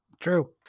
true